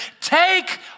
take